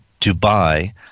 Dubai